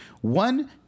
one